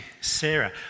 Sarah